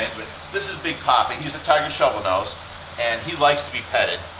this is big papa. he's a tiger shovelnose and he likes to be petted.